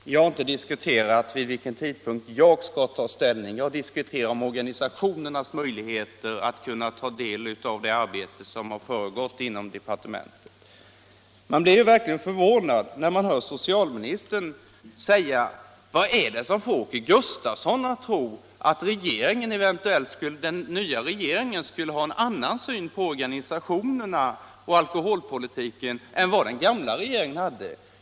Herr talman! Jag har inte diskuterat vid vilken tidpunkt jag själv skall få ta ställning till den här frågan, utan jag har diskuterat om organisationernas möjligheter att ta del av det arbete som föregått inom departementet. Man blir verkligen förvånad när man hör socialministern fråga: Vad är det som får Åke Gustavsson att tro att den nya regeringen skulle ha en annan syn på organisationerna och alkoholpolitiken än den gamla hade?